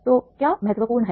तो क्या महत्वपूर्ण है